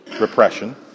repression